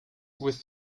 with